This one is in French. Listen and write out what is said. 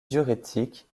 diurétiques